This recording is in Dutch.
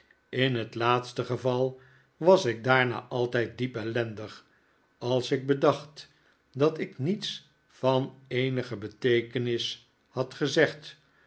in het laatste geval was ik daarna altijd diep ellendig als ik bedacht dat ik niets van eenige beteekenis had gezegd